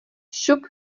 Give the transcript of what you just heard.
šup